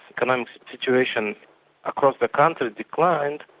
kind of and situation across the country declined,